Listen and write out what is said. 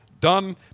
Done